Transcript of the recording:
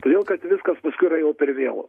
todėl kad viskas paskui yra jau per vėlu